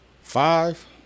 Five